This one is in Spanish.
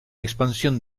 expansión